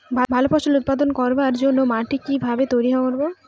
ভালো ফসল উৎপাদন করবার জন্য মাটি কি ভাবে তৈরী করব?